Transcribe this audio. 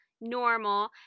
normal